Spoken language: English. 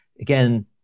again